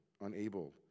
unable